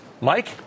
Mike